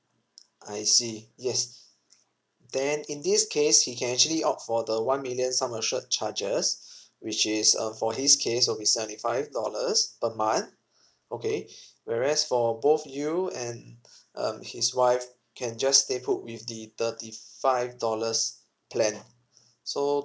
I see yes then in this case he can actually opt for the one million sum assured charges which is uh for his case will be seventy five dollars per month okay whereas for both you and um his wife can just stay put with the thirty five dollars plan so